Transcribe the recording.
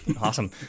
Awesome